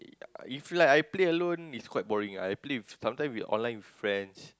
yea if like I play alone it's quite boring ah I play with sometimes with online friends